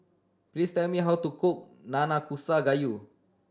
please tell me how to cook Nanakusa Gayu